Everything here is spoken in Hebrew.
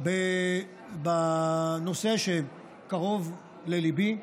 בנושא שקרוב לליבי,